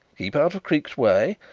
keep out of creake's way.